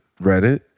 Reddit